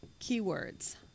keywords